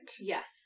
Yes